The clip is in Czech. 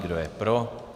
Kdo je pro.